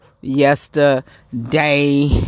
yesterday